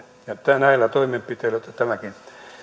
ja näillä toimenpiteillä joita tämäkin